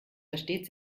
versteht